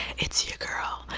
it's your girl,